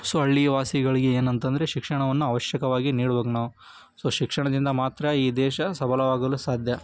so ಹಳ್ಳಿಯ ವಾಸಿಗಳಿಗೆ ಏನು ಅಂತ ಅಂದ್ರೆ ಶಿಕ್ಷಣವನ್ನು ಅವಶ್ಯಕವಾಗಿ ನೀಡ್ಬೇಕು ನಾವು ಸೊ ಶಿಕ್ಷಣದಿಂದ ಮಾತ್ರ ಈ ದೇಶ ಸಬಲವಾಗಲು ಸಾಧ್ಯ